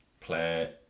play